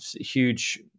huge